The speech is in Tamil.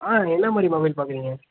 ஆ என்ன மாதிரி மொபைல் பார்க்குறீங்க